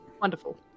Wonderful